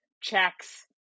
checks